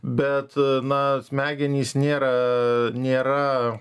bet na smegenys nėra nėra